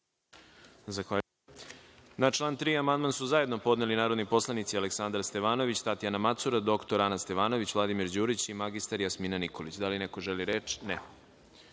član 4. amandman su zajedno podneli narodni poslanici Aleksandar Stevanović, Tatjana Macura, dr Ana Stevanović, Vladimir Đurić i mr Jasmina Nikolić. Da li neko želi reč?